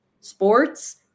sports